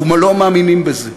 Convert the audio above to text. אנחנו לא מאמינים בזה.